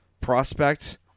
prospect